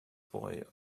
boy